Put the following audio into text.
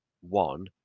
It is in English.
one